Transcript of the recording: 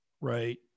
right